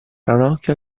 ranocchio